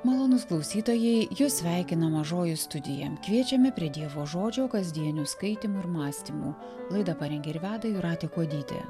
malonūs klausytojai jus sveikina mažoji studija kviečiame prie dievo žodžio kasdienių skaitymų ir mąstymų laidą parengė ir veda jūratė kuodytė